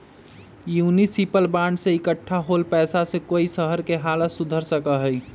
municipal bond से इक्कठा होल पैसा से कई शहर के हालत सुधर सका हई